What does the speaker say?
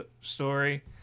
story